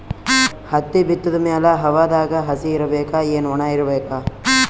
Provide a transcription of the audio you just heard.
ಹತ್ತಿ ಬಿತ್ತದ ಮ್ಯಾಲ ಹವಾದಾಗ ಹಸಿ ಇರಬೇಕಾ, ಏನ್ ಒಣಇರಬೇಕ?